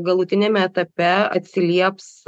galutiniam etape atsilieps